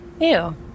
Ew